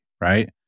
right